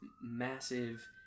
massive